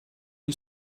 you